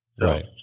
Right